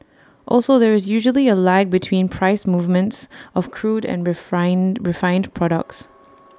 also there is usually A lag between price movements of crude and refined refined products